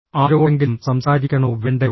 ആരോടെങ്കിലും സംസാരിക്കണോ വേണ്ടയോ